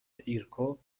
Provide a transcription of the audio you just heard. ایرکو